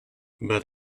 but